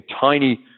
tiny